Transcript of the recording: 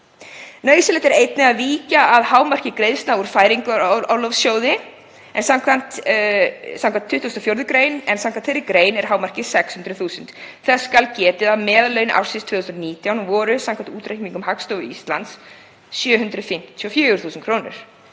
Nauðsynlegt er einnig að víkja að hámarki greiðslna úr Fæðingarorlofssjóði samkvæmt 24. gr. en samkvæmt þeirri grein er hámarkið 600.000 kr. Þess skal getið að meðallaun ársins 2019 voru samkvæmt útreikningum Hagstofu Íslands 754 þús. kr.